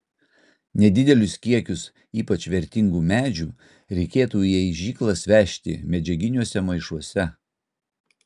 nedidelius kiekius ypač vertingų medžių reikėtų į aižyklas vežti medžiaginiuose maišuose